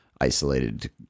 isolated